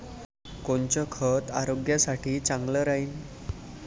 कोनचं खत आरोग्यासाठी चांगलं राहीन?